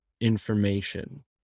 information